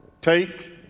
Take